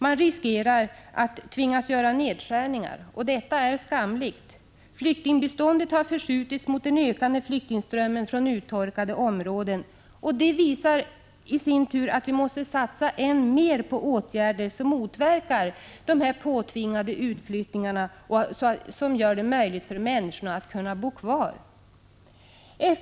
Man riskerar att tvingas göra nedskärningar. Detta är skamligt. Flyktingbiståndet har förskjutits mot den ökande flyktingströmmen från uttorkade områden. Det visar i sin tur att vi måste satsa än mer på åtgärder som motverkar denna påtvingade utflyttning och gör det möjligt för människorna att bo kvar.